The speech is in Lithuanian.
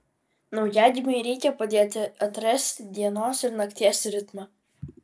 naujagimiui reikia padėti atrasti dienos ir nakties ritmą